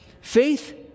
faith